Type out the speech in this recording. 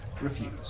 Refuse